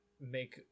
make